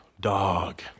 dog